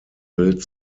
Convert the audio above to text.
built